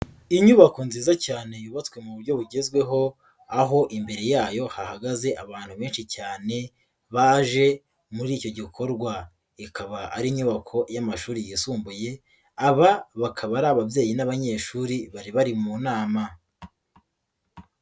Inyubako nziza cyane yubatswe mu buryo bugezweho aho imbere yayo hahagaze abantu benshi cyane baje muri icyo gikorwa, ikaba ari inyubako y'amashuri yisumbuye, aba bakaba ari ababyeyi n'abanyeshuri bari bari mu nama.